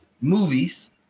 movies